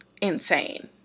insane